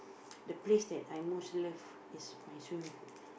the place that I most love is my swimming pool